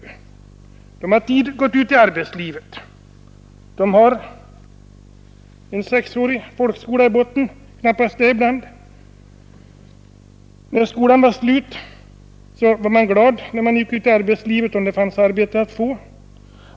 De har tidigt gått ut i arbetslivet. De har i botten en sexårig folkskola och ibland knappt det. När skolan var slut och man skulle gå ut i arbetslivet var man glad om arbete stod att få.